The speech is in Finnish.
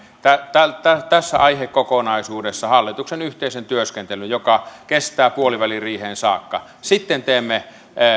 tässä aihekokonaisuudessa hallituksen yhteisen työskentelyn joka kestää puoliväliriiheen saakka sitten teemme